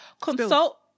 consult